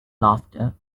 laughter